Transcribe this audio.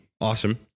Awesome